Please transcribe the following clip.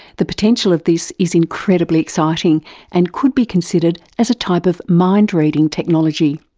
the potential of this is incredibly exciting and could be considered as a type of mind reading technology.